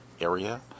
area